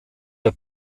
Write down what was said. der